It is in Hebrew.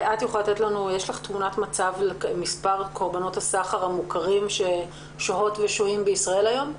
יש לך תמונת מצב למספר קורבנות הסחר ששוהים היום בישראל?